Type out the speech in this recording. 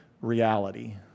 reality